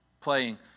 playing